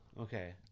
Okay